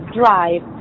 drive